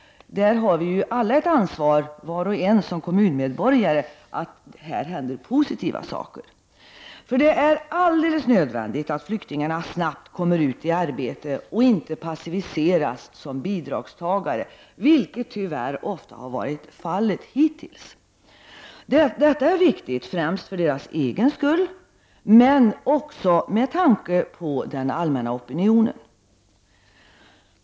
Vi har alla som kommunmedborgare ansvar för att här händer positiva saker. Det är alldeles nödvändigt att flyktingarna snabbt kommer ut i arbete och inte passiviseras som bidragstagare, vilket tyvärr ofta har varit fallet hittills. Det är viktigt främst för deras egen skull men även med tanke på den allmänna opinionen.